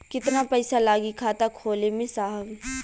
कितना पइसा लागि खाता खोले में साहब?